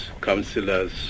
councillors